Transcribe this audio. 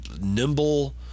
nimble